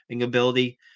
ability